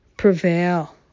Prevail